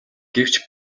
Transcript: гэвч